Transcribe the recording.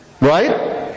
Right